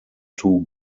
two